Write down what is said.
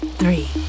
three